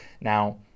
Now